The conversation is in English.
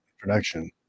production